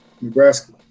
Nebraska